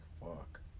fuck